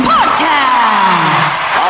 Podcast